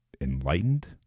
enlightened